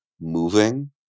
moving